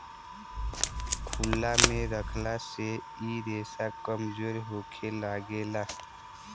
खुलला मे रखला से इ रेसा कमजोर होखे लागेला